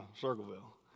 Circleville